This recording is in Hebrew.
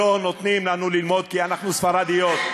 לא נותנים לנו ללמוד כי אנחנו ספרדיות,